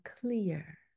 clear